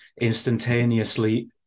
instantaneously